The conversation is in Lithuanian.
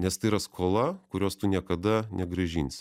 nes tai yra skola kurios tu niekada negrąžinsi